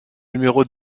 numéro